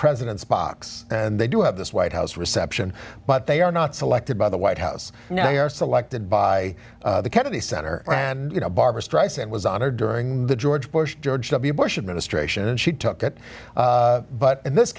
president's box and they do have this white house reception but they are not selected by the white house now they are selected by the kennedy center and you know barbra streisand was honored during the george bush george w bush administration and she took it but in this